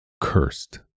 Cursed